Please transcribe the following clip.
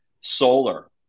solar